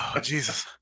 Jesus